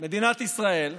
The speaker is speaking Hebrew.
מדינת ישראל,